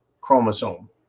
chromosome